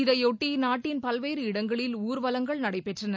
இதையொட்டி நாட்டின் பல்வேறு இடங்களில் ஊ்வலங்கள் நடைபெற்றன